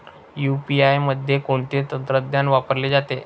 UPI मध्ये कोणते तंत्रज्ञान वापरले जाते?